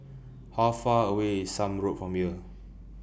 How Far away IS Somme Road from here